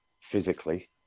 physically